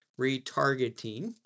retargeting